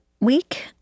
week